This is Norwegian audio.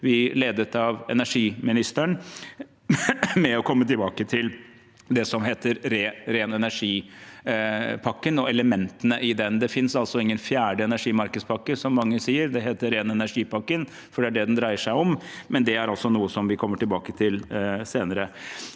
om redegjørelse om viktige EU- og EØS-saker i 2023 581 det som heter ren energi-pakken og elementene i den. Det finnes altså ingen fjerde energimarkedspakke, som mange sier; det heter ren energi-pakken, for det er det den dreier seg om, men det er også noe som vi kommer tilbake til senere.